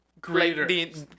greater